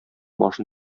башын